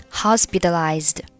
hospitalized